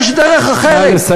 יש דרך אחרת,